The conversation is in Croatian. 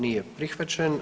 Nije prihvaćen.